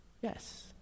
yes